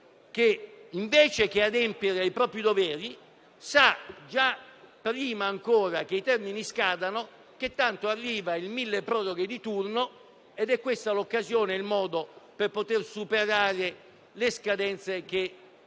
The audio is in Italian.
che invece di adempiere ai propri doveri, sa già, prima ancora che i termini scadano, che tanto arriva il milleproroghe di turno ed è questo il modo per poter superare le scadenze che